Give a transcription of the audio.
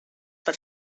per